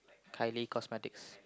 Kylie cosmetics